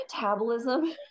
metabolism